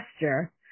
gesture